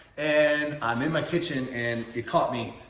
and i'm in my kitchen. and you caught me.